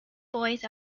boys